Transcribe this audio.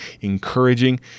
encouraging